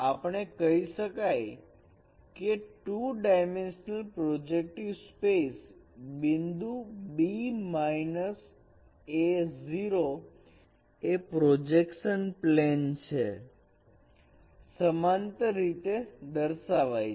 આપણે કહી શકીએ કે 2 ડાયમેન્શનલ પ્રોજેક્ટિવ સ્પેસ બિંદુ b a0 તે પ્રોજેક્શન પ્લેન ને સમાંતર રીતે દર્શાવાઈ છે